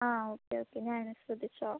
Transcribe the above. ആ okay okay ഞാനിനി ശ്രദ്ധിച്ചോളാം